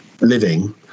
living